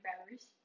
batteries